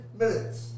minutes